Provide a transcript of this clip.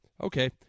Okay